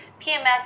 PMS